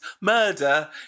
murder